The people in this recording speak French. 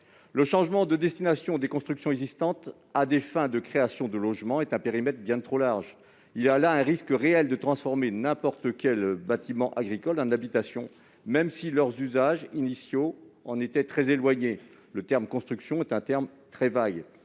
Le « changement de destination des constructions existantes aux fins de création de logement et d'hébergement » est un périmètre bien trop large. Il existe un risque réel de transformer n'importe quel bâtiment agricole en habitation, même si son usage initial en était très éloigné. Le terme « constructions » est très vague.